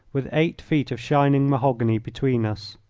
with eight feet of shining mahogany between us.